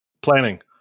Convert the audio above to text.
planning